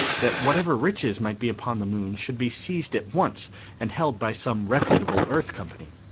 that whatever riches might be upon the moon should be seized at once and held by some reputable earth company.